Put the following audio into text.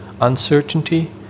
uncertainty